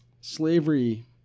slavery